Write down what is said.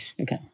Okay